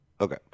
Okay